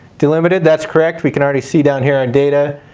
delimited that's correct we can already see down here our data.